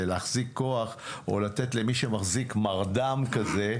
זה להחזיק כוח או לתת למישהי מחזיק מרד"ם כזה,